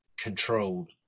controlled